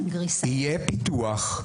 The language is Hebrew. יהיה פיתוח,